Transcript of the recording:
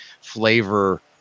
flavor